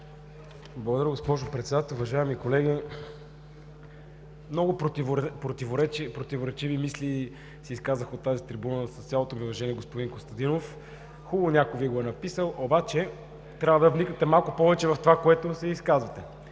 Благодаря, госпожо председател. Уважаеми колеги, много противоречиви мисли се изказаха от тази трибуна с цялото ми уважение, господин Костадинов, хубаво някой Ви го е написал, обаче трябва да вникнете малко повече в това, което се изказвате.